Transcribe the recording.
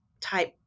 type